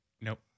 Nope